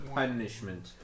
punishment